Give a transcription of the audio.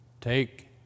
Take